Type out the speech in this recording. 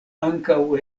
ankaŭ